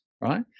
Right